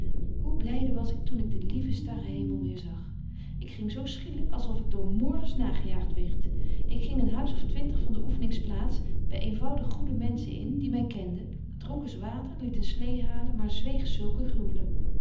hoe blyde was ik toen ik den lieven starrenhemel weêr zag ik ging zo schielyk als of ik door moorders nagejaagt wierd ik ging een huis of twintig van de oeffenings plaats by eenvoudige goede menschen in die my kenden dronk eens water liet een slee halen maar zweeg zulke gruwelen